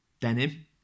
denim